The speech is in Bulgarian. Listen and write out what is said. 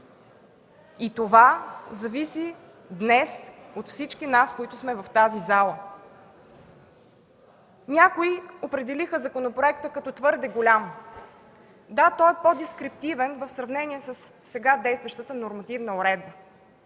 Това зависи днес от всички нас, които сме в тази зала. Някои определиха законопроекта като твърде голям. Да, той е по-дескриптивен в сравнение със сега действащата нормативна уредба.